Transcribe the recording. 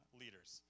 leaders